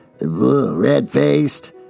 Red-faced